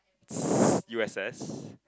U_S_S